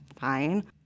fine